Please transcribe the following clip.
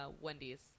wendy's